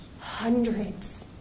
hundreds